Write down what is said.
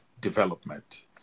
development